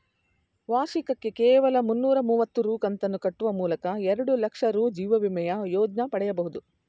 ವಾರ್ಷಿಕಕ್ಕೆ ಕೇವಲ ಮುನ್ನೂರ ಮುವತ್ತು ರೂ ಕಂತನ್ನು ಕಟ್ಟುವ ಮೂಲಕ ಎರಡುಲಕ್ಷ ರೂ ಜೀವವಿಮೆಯ ಯೋಜ್ನ ಪಡೆಯಬಹುದು